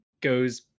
goes